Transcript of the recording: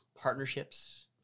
Partnerships